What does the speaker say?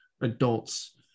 adults